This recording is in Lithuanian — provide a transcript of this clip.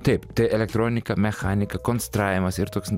taip tai elektronika mechanika konstravimas ir toks